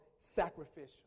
sacrificial